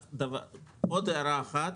עוד הערה אחת,